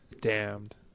damned